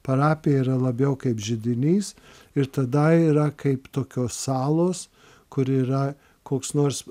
parapija yra labiau kaip židinys ir tada yra kaip tokios salos kur yra koks nors